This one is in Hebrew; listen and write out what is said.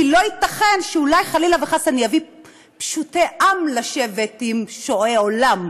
כי לא ייתכן שאולי חלילה וחס אני אביא פשוטי עם לשבת עם שועי עולם.